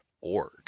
org